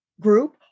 group